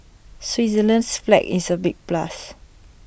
Switzerland's flag is A big plus